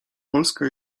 polska